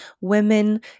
women